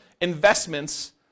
investments